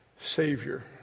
Savior